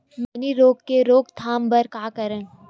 मैनी रोग के रोक थाम बर का करन?